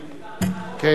תודה.